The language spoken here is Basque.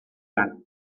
lan